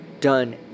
done